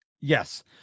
Yes